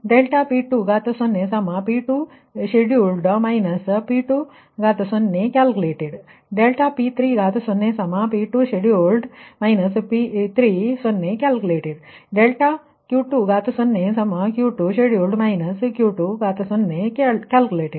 ∆P2P2sheduled P2 calculated ∆P3P3sheduled P3 calculated ∆Q2Q2sheduled Q2 calculated ಆದ್ದರಿಂದ∆p2P2sheduled P2 ಅನ್ನು ಲೆಕ್ಕಹಾಕಲಾಗಿದೆ